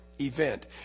event